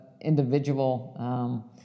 individual